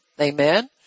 Amen